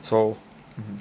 so mmhmm yup